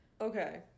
Okay